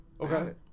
okay